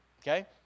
okay